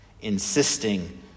Insisting